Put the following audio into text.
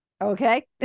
Okay